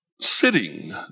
sitting